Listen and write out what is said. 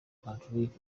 patrick